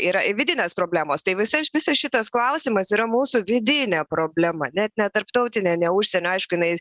yra vidinės problemos tai visai visas šitas klausimas yra mūsų vidinė problema net ne tarptautinė ne užsienio aišku jinai